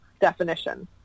definition